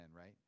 right